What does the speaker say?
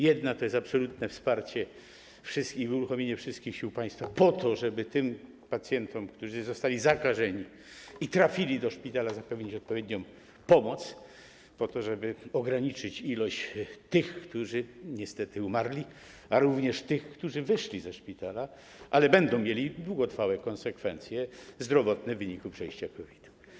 Jedno to absolutne wsparcie, uruchomienie wszystkich sił państwa po to, żeby tym pacjentom, który zostali zakażeni i trafili do szpitala, zapewnić odpowiednią pomoc - po to by ograniczyć liczbę tych, którzy niestety zmarli - ale również tym, którzy wyszli ze szpitala, ale będą mieli długotrwałe konsekwencje zdrowotne w związku z przejściem COVID-u.